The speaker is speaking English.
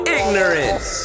ignorance